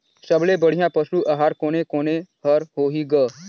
सबले बढ़िया पशु आहार कोने कोने हर होही ग?